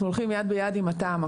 אנחנו הולכים יד ביד עם התמ"א.